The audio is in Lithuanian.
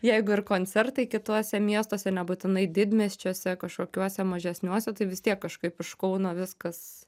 jeigu ir koncertai kituose miestuose nebūtinai didmiesčiuose kažkokiuose mažesniuosiuose tai vis tiek kažkaip iš kauno viskas